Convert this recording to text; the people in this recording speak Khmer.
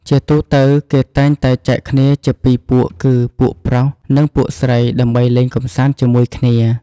ជាទូទៅ គេតែងតែចែកគ្នាជាពីរពួកគឺ ពួកប្រុស និង ពួកស្រី ដើម្បីលេងកម្សាន្តជាមួយគ្នា។